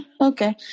Okay